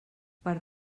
per